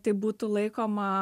tai būtų laikoma